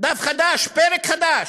דף חדש, פרק חדש,